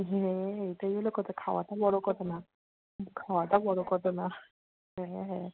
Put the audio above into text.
হ্যাঁ এটাই হলো কথা খাওয়াটা বড়ো কথা না খাওয়াটা বড়ো কথা না হ্যাঁ হ্যাঁ